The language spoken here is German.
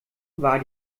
war